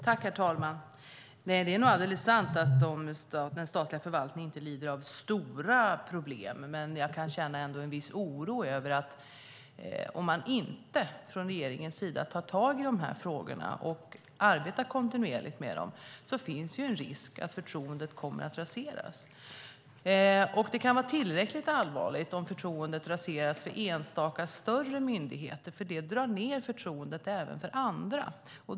Herr talman! Det är nog alldeles sant att den statliga förvaltningen inte lider av stora problem, men jag kan ändå känna en viss oro. Om man inte från regeringens sida tar tag i de här frågorna och arbetar kontinuerligt med dem finns ju en risk för att förtroendet kommer att raseras. Det kan vara tillräckligt allvarligt om förtroendet raseras för enstaka större myndigheter, för det drar ned förtroendet även för andra.